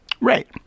right